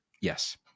yes